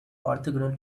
orthogonal